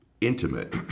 intimate